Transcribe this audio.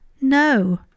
No